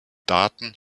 daten